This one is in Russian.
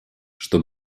что